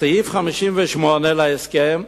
בסעיף 58 להסכם,